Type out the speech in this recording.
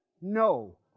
No